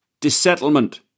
Dissettlement